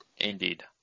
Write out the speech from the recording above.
Indeed